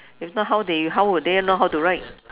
if not how they how would they know how to write